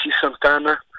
Santana